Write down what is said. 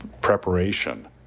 preparation